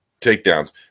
takedowns